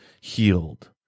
healed